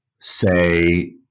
say